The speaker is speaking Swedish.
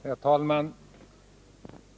Herr talman!